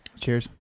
Cheers